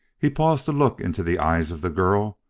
he paused to look into the eyes of the girl,